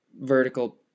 vertical